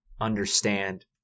understand